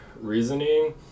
reasoning